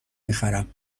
میخرم